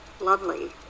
lovely